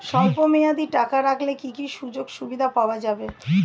স্বল্পমেয়াদী টাকা রাখলে কি কি সুযোগ সুবিধা পাওয়া যাবে?